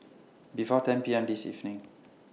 before ten P M This evening